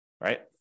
right